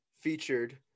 featured